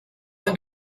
and